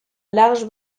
large